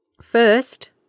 first